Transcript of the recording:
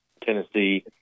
tennessee